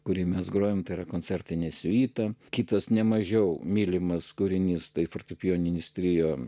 kurį mes grojame tai yra koncertinė suita kitas ne mažiau mylimas kūrinys tai fortepijoninis trio